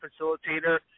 facilitator